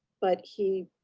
but he,